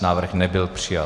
Návrh nebyl přijat.